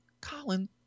Colin